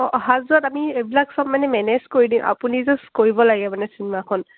অঁ অহা যোৱাত আমি এইবিলাক চব মানে মেনেজ কৰি দিম আপুনি জাষ্ট কৰিব লাগে মানে চিনেমাখন